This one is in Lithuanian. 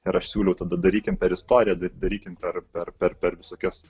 ir aš siūliau tada darykim per istoriją da darykim per per visokias